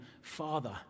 father